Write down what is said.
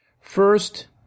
First